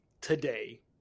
today